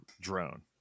drone